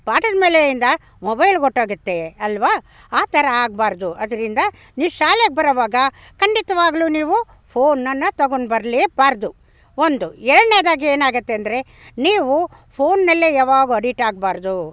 ಪಾಠದ ಮೇಲೆಯಿಂದ ಮೊಬೈಲ್ಗೆ ಹೊರ್ಟೋಗುತ್ತೆ ಅಲ್ವ ಆ ಥರ ಆಗಬಾರ್ದು ಆದ್ರಿಂದ ನೀವು ಶಾಲೆಗೆ ಬರೋವಾಗ ಖಂಡಿತವಾಗ್ಲೂ ನೀವು ಫೋನನ್ನು ತೊಗೊಂಡು ಬರಲೇಬಾರ್ದು ಒಂದು ಎರಡ್ನೇದಾಗಿ ಏನಾಗುತ್ತೆ ಅಂದರೆ ನೀವು ಫೋನ್ನಲ್ಲೇ ಯಾವಾಗ ಅಡಿಟ್ಟಾಗ್ಬಾರ್ದು